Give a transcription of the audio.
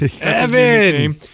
Evan